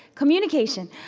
communication,